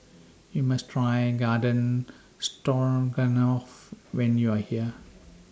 YOU must Try Garden Stroganoff when YOU Are here